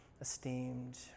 esteemed